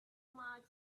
much